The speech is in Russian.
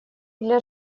для